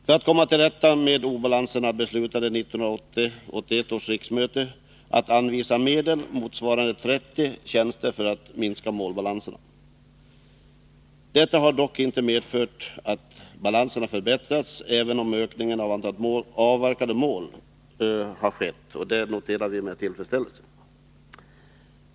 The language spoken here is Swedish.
För att komma till rätta med obalanserna beslöt 1980/81 års riksmöte att anvisa medel motsvarande 30 tjänster för att minska målbalanserna. Detta har dock inte medfört att målbalanserna förbättrats, även om ökningen av antalet avverkade mål kan noteras med viss tillfredsställelse.